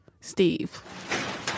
Steve